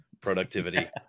productivity